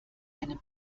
einem